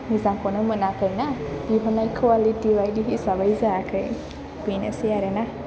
मोजांखौनो मोनाखैना बिहरनाय क्वालिटी बायदि हिसाबै जायाखै बेनोसै आरो ना